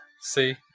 See